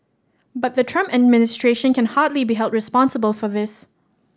but the Trump administration can hardly be held responsible for this